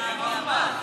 מיקי, אתה פשוט מפריע.